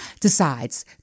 decides